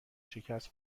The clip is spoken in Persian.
شکست